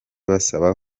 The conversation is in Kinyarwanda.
basaba